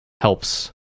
helps